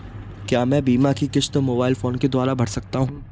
क्या मैं बीमा की किश्त मोबाइल फोन के द्वारा भर सकता हूं?